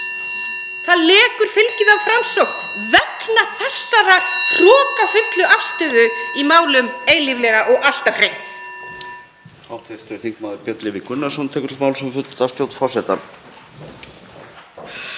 Það lekur fylgið af Framsókn vegna þessarar hrokafullu afstöðu í málum eilíflega og alltaf hreint.